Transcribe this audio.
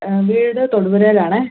വീട് തൊടുപുഴയിലാണെ